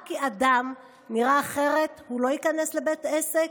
רק כי אדם נראה אחרת הוא לא ייכנס לבית עסק?